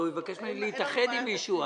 הוא יבקש ממני להתאחד עם מישהו.